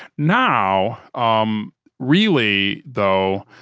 now, um really though,